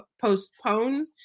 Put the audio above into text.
postpone